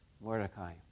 Mordecai